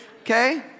okay